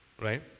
Right